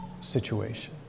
situation